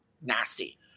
nasty